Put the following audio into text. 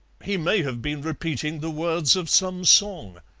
he may have been repeating the words of some song,